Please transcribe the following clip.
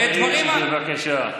חבר הכנסת סמוטריץ', בבקשה.